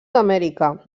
amèrica